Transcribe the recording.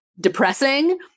depressing